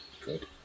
good